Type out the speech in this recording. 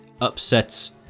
upsets